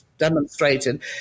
Demonstrated